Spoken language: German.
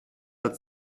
der